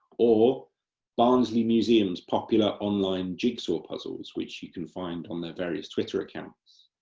or barnsley museum's popular online jigsaw puzzles which you can find on their various twitter accounts.